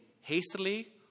hastily